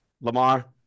Lamar